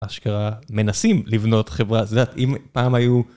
אשכרה מנסים לבנות חברה, את יודעת, אם פעם היו...